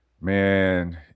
Man